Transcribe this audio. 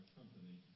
company